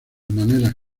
maneras